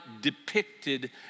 depicted